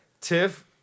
Tiff